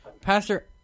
Pastor